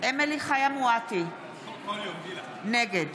אמילי חיה מואטי, נגד